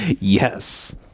yes